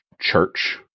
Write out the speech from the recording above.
church